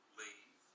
leave